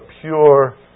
pure